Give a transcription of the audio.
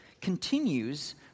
continues